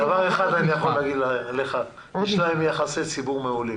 דבר אחד אני יכול להגיד לך: יש להם יחסי ציבור מעולים.